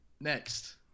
next